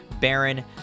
Baron